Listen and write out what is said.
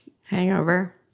hangover